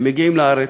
הם מגיעים לארץ,